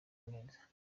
neza